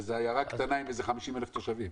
זו איזו עיירה "קטנה" עם 50,000 תושבים.